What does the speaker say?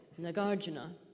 Nagarjuna